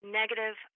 negative